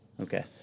Okay